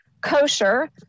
kosher